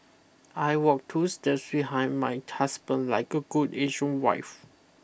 I walk two steps behind my husband like a good Asian wife